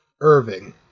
Irving